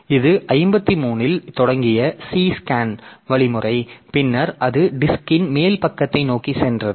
எனவே இது 53 இல் தொடங்கிய சி ஸ்கேன் வழிமுறை பின்னர் அது டிஸ்க்ன் மேல் பக்கத்தை நோக்கிச் சென்றது